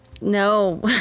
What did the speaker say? no